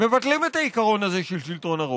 מבטלים את העיקרון הזה של שלטון הרוב.